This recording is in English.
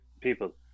people